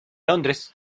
londres